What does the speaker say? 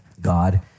God